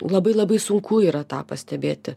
labai labai sunku yra tą pastebėti